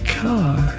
car